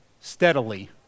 steadily